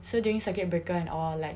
so during circuit breaker and all like